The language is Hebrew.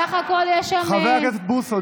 חברי ארבל,